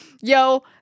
yo